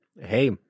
Hey